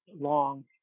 long